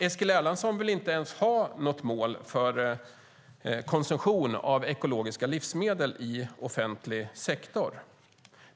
Eskil Erlandsson vill inte ens ha något mål för konsumtion av ekologiska livsmedel i offentlig sektor.